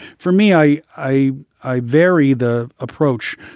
for me, i i i vary the approach,